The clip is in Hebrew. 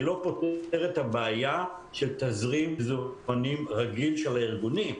זה לא פותר את הבעיה של תזרים מזומנים רגיל של הארגונים,